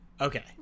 Okay